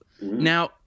now